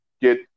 get